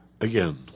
again